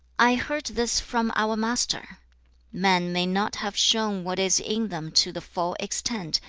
i heard this from our master men may not have shown what is in them to the full extent,